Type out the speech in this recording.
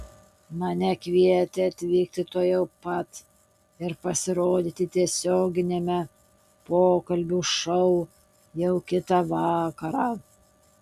mane kvietė atvykti tuojau pat ir pasirodyti tiesioginiame pokalbių šou jau kitą vakarą